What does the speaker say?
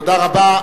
תודה רבה.